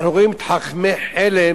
אנחנו רואים את חכמי חלם,